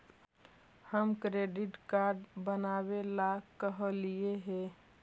हम credit card बनावे ला कहलिऐ हे?